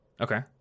Okay